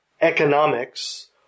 economics